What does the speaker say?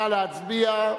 נא להצביע.